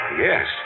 Yes